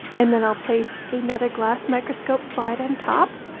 and then i'll place another glass microscope slide on top,